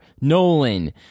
Nolan